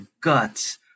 guts